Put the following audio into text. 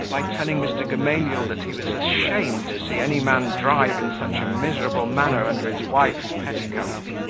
by telling mr. gamaliel that he was ashamed to see any man drive in such a miserable manner under his wife's petticoat.